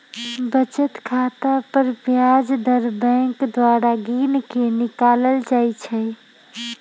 बचत खता पर ब्याज दर बैंक द्वारा गिनके निकालल जाइ छइ